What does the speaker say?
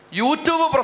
YouTube